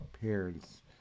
parents